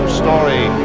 story